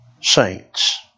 saints